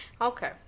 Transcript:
Okay